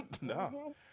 No